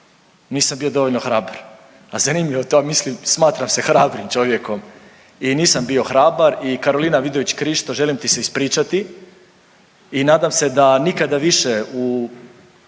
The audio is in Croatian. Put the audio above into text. nisam bio dovoljno hrabar, a zanimljivo je to, ja mislim smatram se hrabrim čovjekom i nisam bio hrabar i Karolina Vidović Krišto želim ti se ispričati i nadam se da nikada više u,